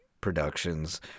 productions